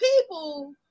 people